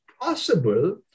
possible